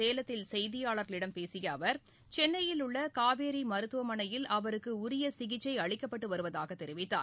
சேலத்தில் செய்தியாளர்களிடம் பேசிய அவர் சென்னையில் உள்ள காவேரி இன்று மருத்துவமனையில் அவருக்கு உரிய சிகிச்சை அளிக்கப்பட்டு வருவதாக தெரிவித்தார்